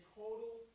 total